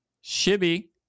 Shibby